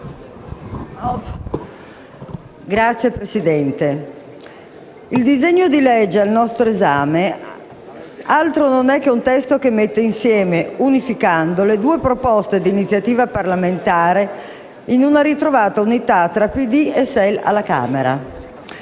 Signor Presidente, il disegno di legge al nostro esame altro non è che un testo che mette assieme, unificandole, due proposte di iniziativa parlamentare in una ritrovata unità tra PD e SEL alla Camera.